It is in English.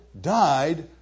died